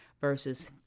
versus